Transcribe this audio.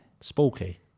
Spooky